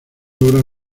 obras